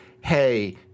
Hey